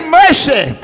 mercy